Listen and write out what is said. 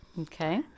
okay